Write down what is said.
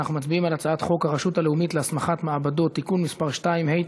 אנחנו מצביעים על הצעת חוק הרשות הלאומית להסמכת מעבדות (תיקון מס' 2),